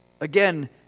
Again